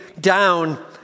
down